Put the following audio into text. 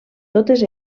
totes